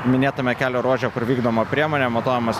minėtame kelio ruože kur vykdoma priemonė matuojamas